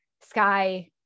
sky